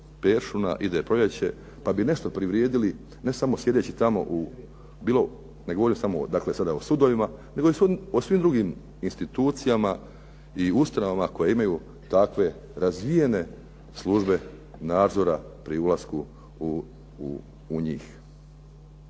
peršina, ide proljeće pa bi nešto privredili ne samo sjedeći tamo. Ne govorim dakle samo sada o sudovima nego o svim drugim institucijama i ustanovama koje imaju takve razvijene službe nadzora pri ulasku u njih.